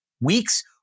weeks